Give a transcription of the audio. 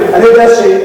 התייצב,